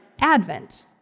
Advent